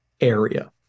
area